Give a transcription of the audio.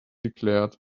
declared